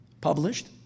published